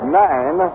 nine